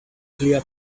clear